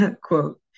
Quote